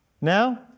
Now